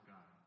God